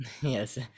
Yes